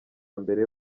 mbere